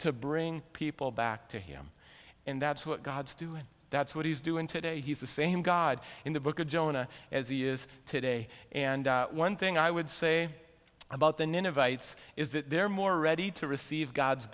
to bring people back to him and that's what god's doing that's what he's doing today he's the same god in the book of jonah as he is today and one thing i would say about the ninevites is that they're more ready to receive god's